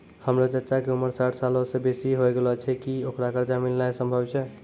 हमरो चच्चा के उमर साठ सालो से बेसी होय गेलो छै, कि ओकरा कर्जा मिलनाय सम्भव छै?